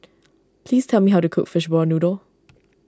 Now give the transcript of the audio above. please tell me how to cook Fishball Noodle